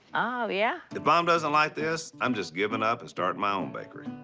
oh, yeah. if mom doesn't like this, i'm just giving up and starting my own bakery.